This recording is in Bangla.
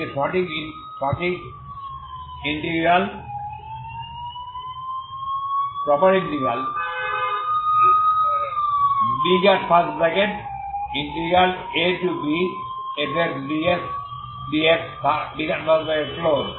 যে একটি সঠিক ইন্টিগ্রাল abfdx